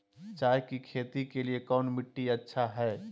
चाय की खेती के लिए कौन मिट्टी अच्छा हाय?